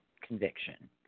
conviction